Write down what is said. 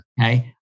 Okay